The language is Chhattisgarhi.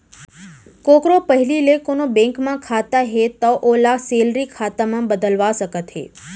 कोकरो पहिली ले कोनों बेंक म खाता हे तौ ओला सेलरी खाता म बदलवा सकत हे